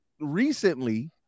recently